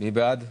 מי בעד?